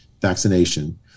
vaccination